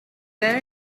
there